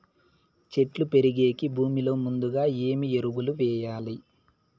చెట్టు పెరిగేకి భూమిలో ముందుగా ఏమి ఎరువులు వేయాలి?